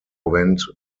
went